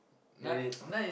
get it